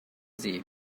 sie